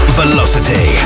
velocity